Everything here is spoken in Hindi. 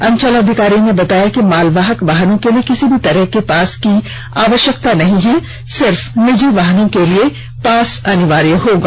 अंचल अधिकारी ने बताया कि मालवाहक वाहनों के लिए किसी भी तरह के पास की आवश्यकता नहीं है सिर्फ निजी वाहनों के लिए पास अनिवार्य होगा